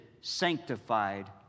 sanctified